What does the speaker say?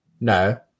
no